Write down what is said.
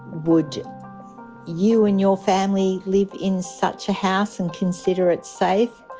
would you and your family live in such a house and consider it safe?